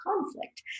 conflict